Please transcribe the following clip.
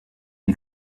une